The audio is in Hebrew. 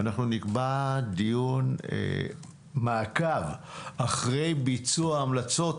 אנחנו נקבע דיון מעקב אחרי ביצוע ההמלצות,